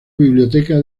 biblioteca